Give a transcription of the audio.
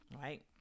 Right